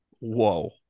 whoa